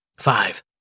Five